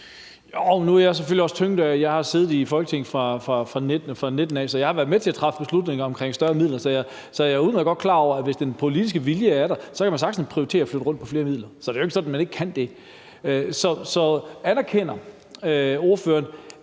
Nu er jeg selvfølgelig også tynget. Jeg har siddet i Folketinget fra 2019. Så jeg har været med til at træffe beslutninger omkring større midler. Jeg er udmærket godt klar over, at hvis den politiske vilje er der, så kan man sagtens prioritere at flytte rundt på flere midler. Så det er ikke sådan, at man ikke kan det. Anerkender ordføreren,